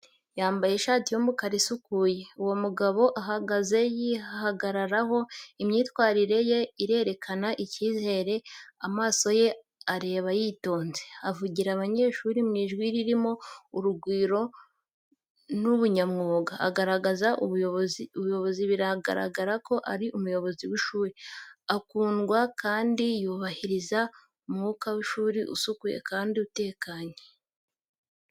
Yambaye ishati y’umukara isukuye, uwo mugabo ahagaze yihagararaho. Imyitwarire ye irerekana icyizere, amaso ye areba yitonze. Avugira abanyeshuri mu ijwi ririmo urugwiro n’ubunyamwuga. Agaragaza ubuyobozi, biragaragara ko ari umuyobozi w’ishuri, akundwa kandi yubahiriza umwuka w’ishuri usukuye kandi utekanye.